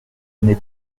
n’est